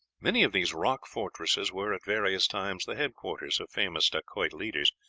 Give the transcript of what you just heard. many of these rock fortresses were at various times the headquarters of famous dacoit leaders,